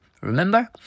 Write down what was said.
remember